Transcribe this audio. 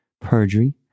perjury